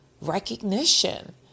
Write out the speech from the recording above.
recognition